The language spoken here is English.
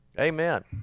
Amen